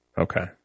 Okay